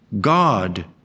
God